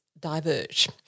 diverge